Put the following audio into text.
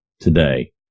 today